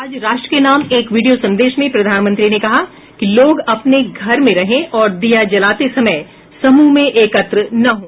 आज राष्ट्र के नाम एक वीडियो संदेंश में प्रधानमंत्री ने कहा कि लोग अपने घर में रहें और दिया जलाते समय समूह में एकत्र न हों